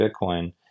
Bitcoin